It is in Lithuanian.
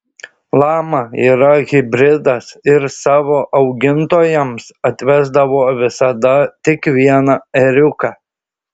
lama yra hibridas ir savo augintojams atvesdavo visada tik vieną ėriuką